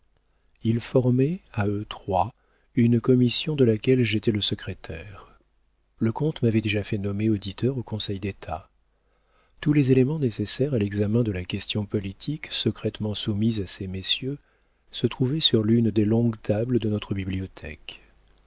ils formaient à eux trois une commission de laquelle j'étais le secrétaire le comte m'avait déjà fait nommer auditeur au conseil-d'état tous les éléments nécessaires à l'examen de la question politique secrètement soumise à ces messieurs se trouvaient sur l'une des longues tables de notre bibliothèque